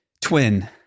twin